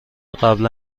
قبلا